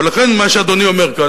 ולכן מה שאדוני אומר כאן,